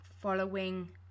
following